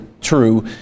true